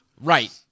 Right